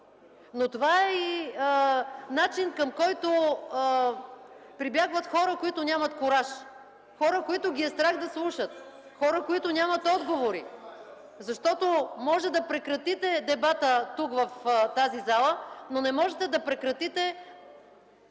Но това е начин, към който прибягват хора, които нямат кураж; хора, които ги е страх да слушат; хора, които нямат отговори. Може да прекратите дебата тук, в залата, но не можете да прекратите